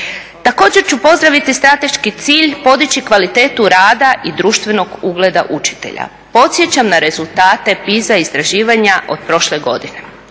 Također ću pozdraviti strateški cilj podići kvalitetu rada i društvenog ugleda učitelja. Podsjećam na rezultate PISA od prošle godine.